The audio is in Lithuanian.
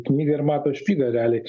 knygą ir mato špygą realiai